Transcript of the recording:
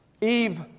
Eve